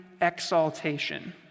exaltation